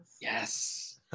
yes